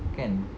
kan